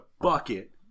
bucket